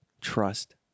trust